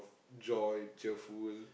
joy cheerful